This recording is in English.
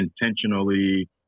intentionally